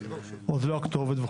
אם זאת לא הכתובת?